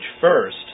first